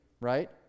right